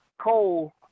coal